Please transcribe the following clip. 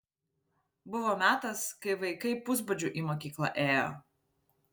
buvo metas kai vaikai pusbadžiu į mokyklą ėjo